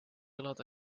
elada